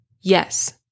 yes